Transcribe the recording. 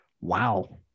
wow